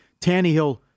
Tannehill